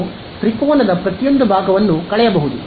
ನೀವು ತ್ರಿಕೋನದ ಪ್ರತಿಯೊಂದು ಭಾಗವನ್ನು ಕಳೆಯಬಹುದು